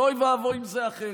ואוי ואבוי אם זה אחרת,